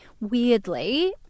Weirdly